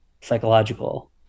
psychological